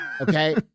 Okay